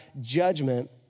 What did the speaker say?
judgment